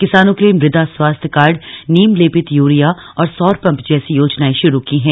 किसानों के लिए मृदा स्वास्थ्य कार्ड नीम लेपित यूरिया और सौर पंप जैसी योजनाएं शुरू की हैं